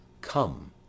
Come